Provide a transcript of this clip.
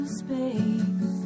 space